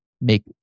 make